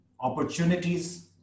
opportunities